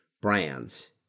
brands